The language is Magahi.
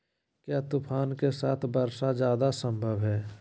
क्या तूफ़ान के साथ वर्षा जायदा संभव है?